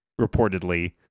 reportedly